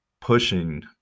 pushing